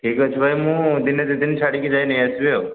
ଠିକ୍ ଅଛି ଭାଇ ମୁଁ ଦିନେ ଦୁଇ ଦିନ ଛାଡ଼ିକି ଯାଇ ନେଇଆସିବି ଆଉ